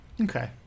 okay